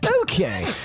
Okay